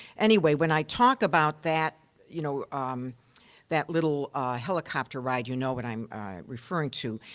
anyway, when i talk about that you know um that little helicopter ride, you know what i'm referring to.